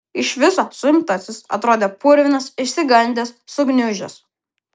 iš viso suimtasis atrodė purvinas išsigandęs sugniužęs